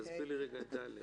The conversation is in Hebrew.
תסבירי לי את (ד).